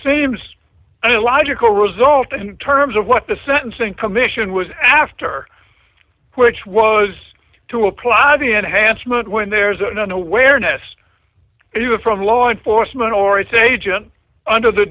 seems a logical result in terms of what the sentencing commission was after which was to apply the enhancement when there's a none awareness you have from law enforcement or it's agent under the